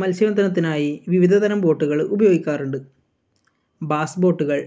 മത്സ്യബന്ധനത്തിനായി വിവിധ തരം ബോട്ടുകൾ ഉപയോഗിക്കാറുണ്ട് ബാസ് ബോട്ടുകൾ